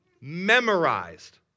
memorized